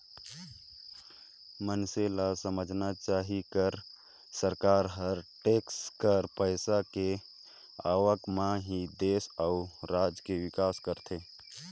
मइनसे ल समझना चाही कर सरकार हर टेक्स कर पइसा के आवक म ही देस अउ राज के बिकास करथे